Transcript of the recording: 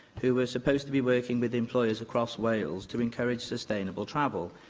who were supposed to be working with employers across wales to encourage sustainable travel,